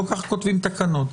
לא כך כותבים תקנות.